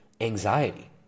anxiety